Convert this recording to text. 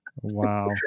Wow